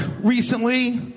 recently